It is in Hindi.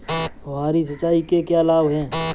फुहारी सिंचाई के क्या लाभ हैं?